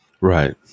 Right